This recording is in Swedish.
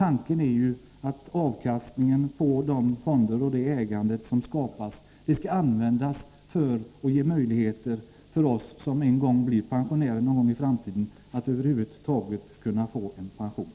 Tanken är att avkastningen från de fonder som skapas skall användas för att ge möjlighet för oss som en gång blir pensionärer att alls kunna få en pension.